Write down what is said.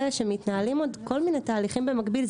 שמתנהלים עוד כל מיני תהליכים במקביל.